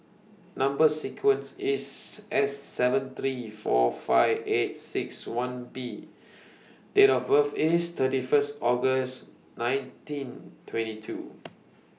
Number sequence IS S seven three four five eight six one B Date of birth IS thirty First August nineteen twenty two